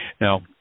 Now